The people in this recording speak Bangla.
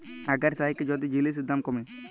আগের থ্যাইকে যদি জিলিসের দাম ক্যমে